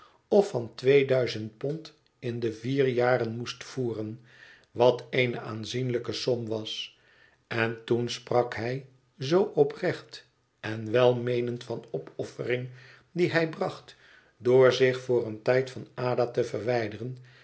of van twee duizend pond in de vier jaren moest voeren wat eene aanzienlijke som was en toen sprak hij zoo oprecht en welmeenend van opoffering die hij bracht door zich voor een tijd van ada te verwijderen